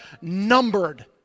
numbered